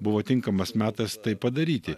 buvo tinkamas metas tai padaryti